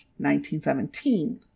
1917